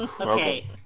Okay